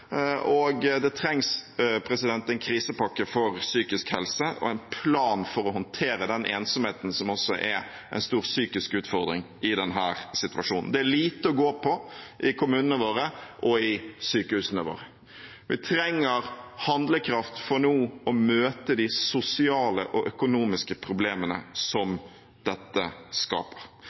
Det trengs en krisepakke for psykisk helse og en plan for å håndtere ensomheten, som også er en stor psykisk utfordring i denne situasjonen. Det er lite å gå på i kommunene våre og i sykehusene våre. Vi trenger handlekraft for å møte de sosiale og økonomiske problemene som dette skaper.